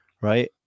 right